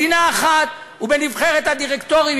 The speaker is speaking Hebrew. מדינה אחת ובנבחרת הדירקטורים,